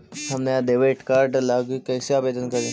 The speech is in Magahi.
हम नया डेबिट कार्ड लागी कईसे आवेदन करी?